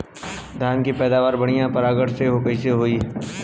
धान की पैदावार बढ़िया परागण से कईसे होई?